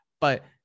But-